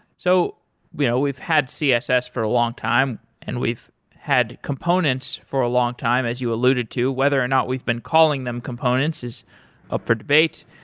so you know we've had css for a long time, and we've had components for a long time as you alluded to. whether or not we've been calling them components is up for debate.